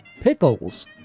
pickles